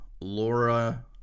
Laura